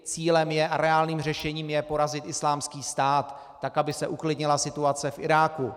Cílem je a reálným řešením je porazit Islámský stát, tak aby se uklidnila situace v Iráku.